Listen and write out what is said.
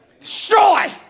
Destroy